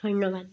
ধন্যবাদ